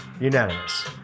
Unanimous